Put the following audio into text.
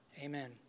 Amen